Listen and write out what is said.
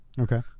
Okay